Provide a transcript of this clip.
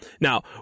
Now